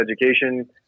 Education